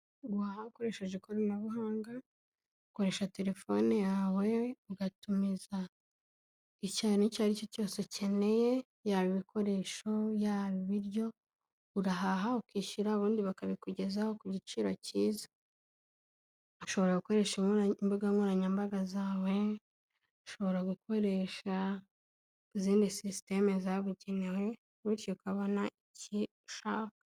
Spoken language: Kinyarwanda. Guhaha ukoreshejweje ikoranabuhanga, ukoresha telefone yawe ugatumiza ikintu icy'aricyo cyose ukeneye yaba ibikoresho, yaba ibiryo, urahaha ukishyura ubundi bakabikugezaho ku giciro cyiza. Ushobora gukoreshabuga nkoranyambaga zawe, ushobora gukoresha izindi sisitemu zabugenewe, bityo ukabona ikintu ushaka.